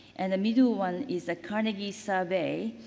and the middle one is the carnegie survey.